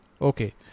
Okay